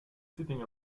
sitting